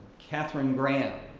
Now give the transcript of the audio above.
katharine graham,